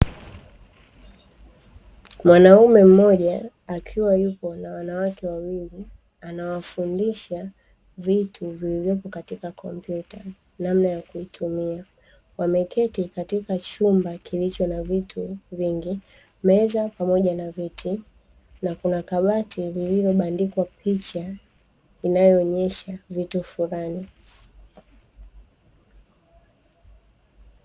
Mwanaume mmoja akiwa yupo na wanawake wawili anawafundisha vitu vilivyopo katika kompyuta namna ya kuitumia, wameketi katika chumba kilicho na vitu vingi meza pamoja na viti, na kuna kabati lililobandikwa picha inayoonyesha vitu flani.